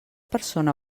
persona